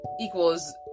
equals